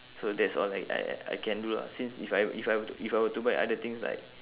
so that's all that I I I can do lah since if I if I were to if I were to buy other things like